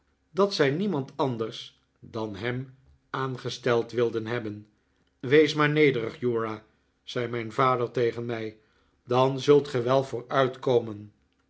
dat zij niemand anders dan hem aangesteld wilden hebben wees maar nederig uriah zei mijn vader tegen mij dan zult gij wel